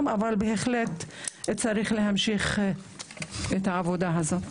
אבל בהחלט צריך להמשיך את העבודה הזאת.